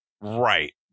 Right